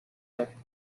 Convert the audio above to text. that